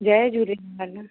Jay Jhulelal